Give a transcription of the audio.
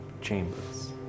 chambers